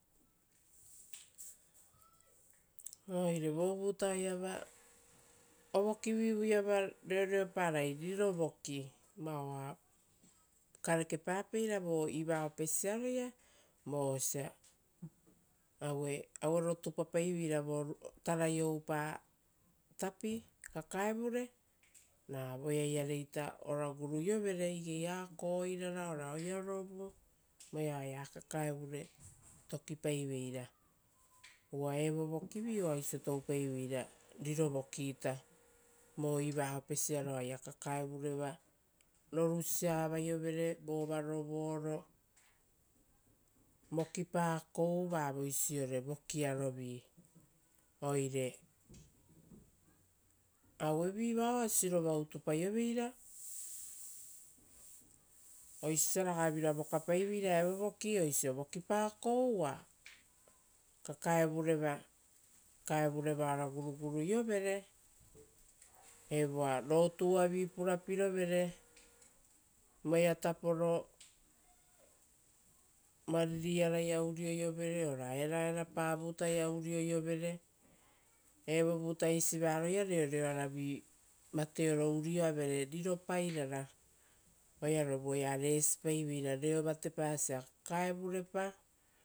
Oire vovutaoia ovokivivuiava reoreparai riro voki vao oa karepapeira vo iva opesiaroia vosa osia auero kovoara tapapaiveira vo tarai oupatapi kakaevure, voeaiareita guruiovere igei akoirara ora oerarovu, voeao oea kakaevure tokipaiveira. Uva evovokivi oa oisio toupaiveira riro vokiita vo iva opeisiaro vo uva kakaevureva rorusia avaiovere vova rovooro vokipakou vavoisiore vokiarovi. Oire auevi vao oa sirova uutupaioveira, oisio osia osiaragavira vokapaiveira evo voki. Vokipakou uva kakaevureva ora guruguruiovere, evoa rotuavi purapirovere. Voea taporo variri-arai urioiovere ora eraerapa vutaia urioiovere. Evo vuta isivaroi uva reoreoaravi vateoro urioavere riropairara voea oea resipaiveira reo vatepasia kakaevurepa,